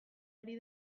ari